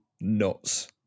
nuts